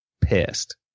pissed